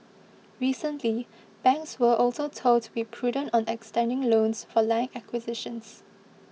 recently banks were also told to be prudent on extending loans for land acquisitions